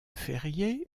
ferrier